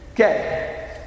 Okay